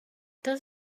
does